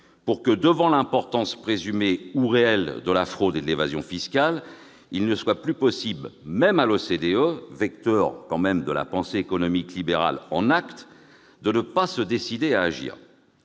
pour que, devant l'importance présumée ou réelle de la fraude et de l'évasion fiscales, il ne soit plus possible, même à l'OCDE, vecteur de la pensée économique libérale en actes, de ne pas se décider à agir.